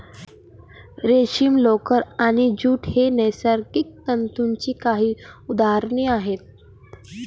रेशीम, लोकर आणि ज्यूट ही नैसर्गिक तंतूंची काही उदाहरणे आहेत